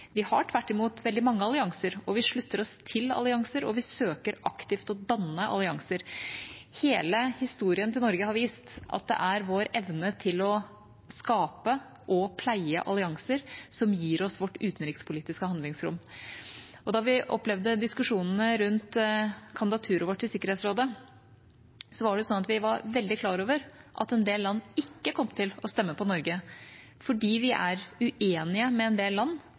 Vi har tvert imot veldig mange allianser, vi slutter oss til allianser, og vi søker aktivt å danne allianser. Hele historien til Norge har vist at det er vår evne til å skape og pleie allianser som gir oss vårt utenrikspolitiske handlingsrom. Da vi opplevde diskusjonene rundt kandidaturet vårt til Sikkerhetsrådet, var det sånn at vi var veldig klar over at en del land ikke kom til å stemme på Norge, fordi vi er uenige med en del land